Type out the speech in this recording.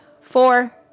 four